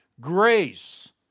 grace